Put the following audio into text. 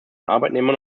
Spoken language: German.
arbeitnehmern